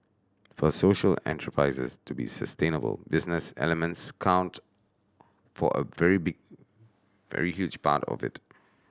for social enterprises to be sustainable business elements count for a very very huge part of it